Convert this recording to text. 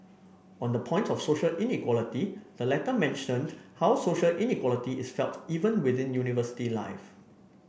on the point of social inequality the letter mentioned how social inequality is felt even within university life